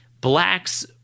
blacks